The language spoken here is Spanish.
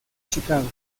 chicago